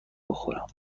بخورم